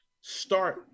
start